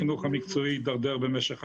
החינוך המקצועי התדרדר במשך השנים.